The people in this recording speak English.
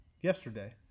yesterday